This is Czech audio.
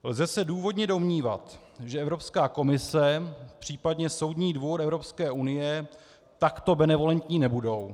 Lze se důvodně domnívat, že Evropská komise, případně Soudní dvůr Evropské unie takto benevolentní nebudou.